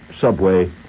subway